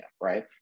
right